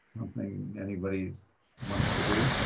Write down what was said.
something anybody wants to do?